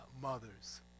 mothers